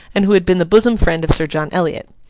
and who had been the bosom friend of sir john eliot.